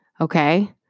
Okay